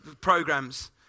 programs